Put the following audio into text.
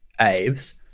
aves